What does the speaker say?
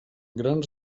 grans